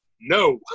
no